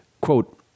quote